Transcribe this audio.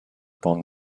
upon